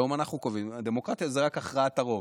היום אנחנו קובעים: דמוקרטיה זה רק הכרעת הרוב.